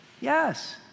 yes